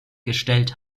gestellt